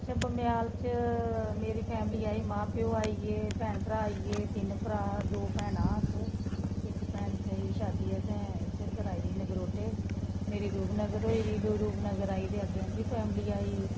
अच्छा बमेयाल च मेरी फैमिली आई मेरे मां प्योऽ आई गे भैन भ्राऽ आई गे तिन्न भ्राऽ दो भैनां अस इक भैन ब्होई शादी असें इद्धर कराई दी नगरोटै मेरी रूपनगर होई दी रूपनगर आई गे अग्गै इं'दी फैमिली आई